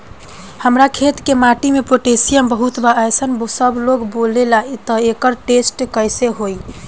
हमार खेत के माटी मे पोटासियम बहुत बा ऐसन सबलोग बोलेला त एकर टेस्ट कैसे होई?